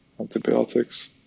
antibiotics